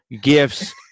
gifts